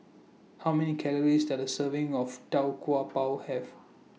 How Many Calories Does A Serving of Tau Kwa Pau Have